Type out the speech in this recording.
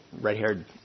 red-haired